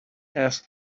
asked